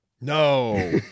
No